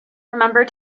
remember